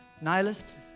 Nihilist